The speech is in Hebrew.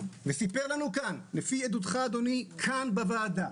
וסיפר לנו כאן לפי עדותך אדוני כאן בוועדה,